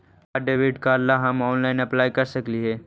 का debit card ला हम ऑनलाइन अप्लाई कर सकली हे?